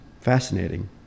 Fascinating